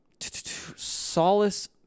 Solace